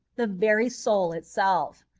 the very soul itself.